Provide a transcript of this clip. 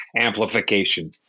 amplification